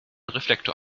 reflektor